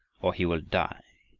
or he will die.